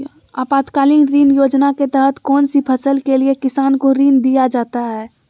आपातकालीन ऋण योजना के तहत कौन सी फसल के लिए किसान को ऋण दीया जाता है?